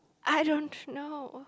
I don't know